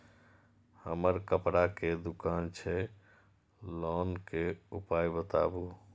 हमर कपड़ा के दुकान छै लोन के उपाय बताबू?